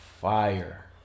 fire